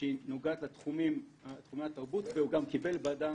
שנוגעת לתחומי התרבות והוא גם קיבל בעדה